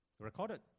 Recorded